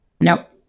Nope